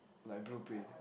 like blueprint eh